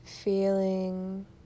Feeling